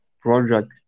project